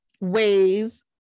ways